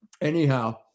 Anyhow